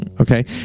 okay